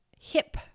hip